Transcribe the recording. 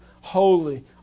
holy